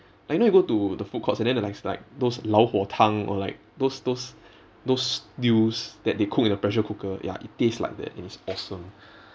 like you know you go to the food courts and then the likes like those lao huo tang or like those those those stews that they cook in a pressure cooker ya it tastes like that it is awesome